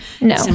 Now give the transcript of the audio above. No